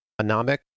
anomic